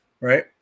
right